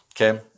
okay